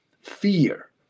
fear